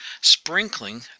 sprinkling